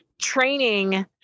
training